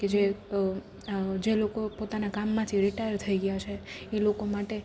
કે જે જે લોકો પોતાના કામમાંથી રિટાયર થઈ ગ્યાં છે એ લોકો માટે